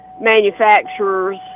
Manufacturers